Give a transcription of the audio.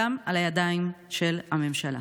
הדם על הידיים של הממשלה.